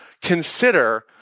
consider